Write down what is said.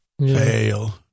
fail